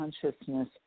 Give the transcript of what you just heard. consciousness